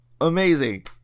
Amazing